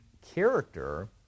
character